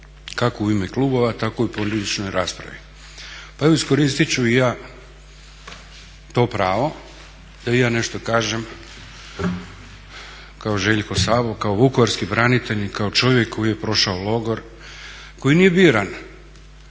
kako u ime klubova tako i u pojedinačnoj raspravi. Pa evo iskoristit ću i ja to pravo da i ja nešto kažem kao Željko Sabo, kao vukovarski branitelj i kao čovjek koji je prošao logor. Koji … biran,